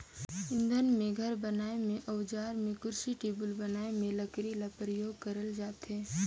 इंधन में, घर बनाए में, अउजार में, कुरसी टेबुल बनाए में लकरी ल परियोग करल जाथे